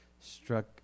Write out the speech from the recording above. struck